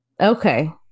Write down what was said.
Okay